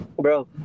Bro